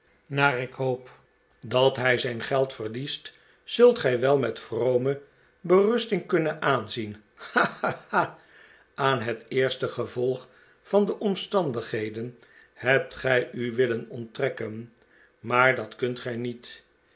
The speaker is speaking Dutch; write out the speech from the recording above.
naar ik hoop dat hij zijn geld verliest zult gij wel met vrome berusting kunnen aanzien ha ha ha aan het eerste gevolg van de omstandigheden hebt gij u willen onttrekken maar dat kunt gij niet